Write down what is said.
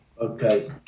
Okay